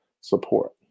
support